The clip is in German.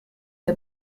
der